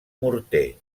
morter